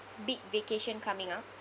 big vacation coming up